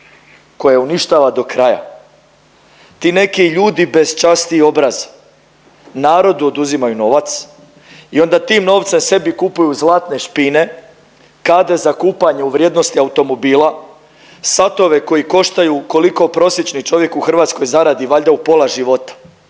koja je uništava do kraja. Ti neki ljudi bez časti i obraza narodu oduzimaju novac i onda tim novcem sebi kupuju zlatne špine, kade za kupanje u vrijednosti automobila, satove koji koštaju koliko prosječni čovjek u Hrvatskoj zaradi valjda u pola života.